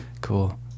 cool